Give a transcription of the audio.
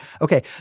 Okay